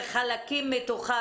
וחלקים מתוכה,